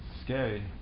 scary